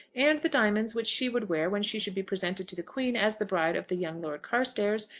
and the diamonds which she would wear when she should be presented to the queen as the bride of the young lord carstairs,